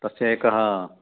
तस्य एकः